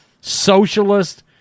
socialist